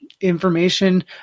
information